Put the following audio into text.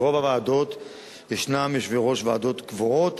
ברוב הוועדות ישנם יושבי-ראש ועדות קבועים.